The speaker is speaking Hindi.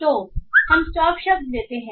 तो हम स्टॉप शब्द लेते हैं